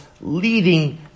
leading